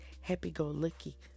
happy-go-lucky